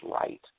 right